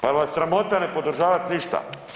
Pa jel vas sramota ne podržavat ništa?